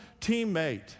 teammate